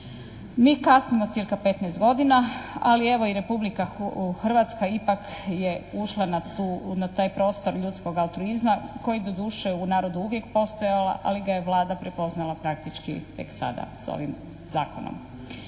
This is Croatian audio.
Mi kasnimo cca. 15 godina ali evo i Republika Hrvatska ipak je ušla na taj prostor ljudskog altruizma koji je doduše u narodu uvijek postojao ali ga je Vlada prepoznala praktički tek sada sa ovim zakonom.